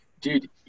Dude